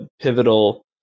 pivotal